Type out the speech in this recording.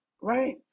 right